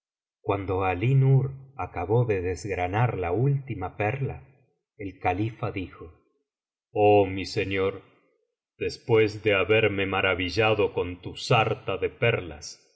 cuando alí nur acabó ele desgranar la última perla el califa dijo oh mi señor después de haberme maravillado con tu sarta de perlas